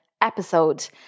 episode